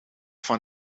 van